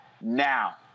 now